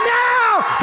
now